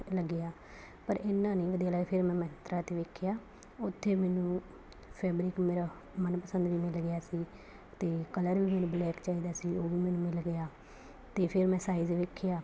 ਲੱਗਿਆ ਪਰ ਇੰਨਾਂ ਨਹੀਂ ਵਧੀਆ ਲੱਗਾ ਫਿਰ ਮੈਂ ਮੰਤਰਾ 'ਤੇ ਵੇਖਿਆ ਉਥੇ ਮੈਨੂੰ ਫੈਬਰਿਕ ਮੇਰਾ ਮਨਪਸੰਦ ਵੀ ਮਿਲ ਗਿਆ ਸੀ ਅਤੇ ਕਲਰ ਵੀ ਮੈਨੂੰ ਬਲੈਕ ਚਾਹੀਦਾ ਸੀ ਉਹ ਵੀ ਮੈਨੂੰ ਮਿਲ ਗਿਆ ਅਤੇ ਫਿਰ ਮੈਂ ਸਾਈਜ਼ ਵੇਖਿਆ